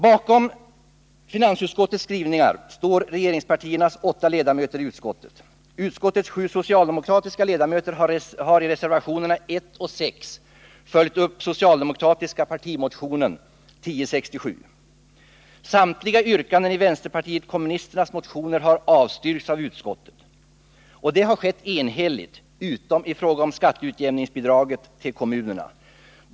Bakom finansutskottets skrivningar står regeringspartiernas åtta ledamöter i utskottet. Utskottets sju socialdemokratiska ledamöter har i reservationerna 1 och 6 följt upp den socialdemokratiska partimotionen 1067. Samtliga yrkanden i vänsterpartiet kommunisternas motioner har avstyrkts av utskottet. Det har skett enhälligt utom i fråga om skatteutjämningsbidraget till kommunerna.